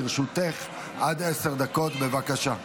לרשותך עד עשר דקות, בבקשה.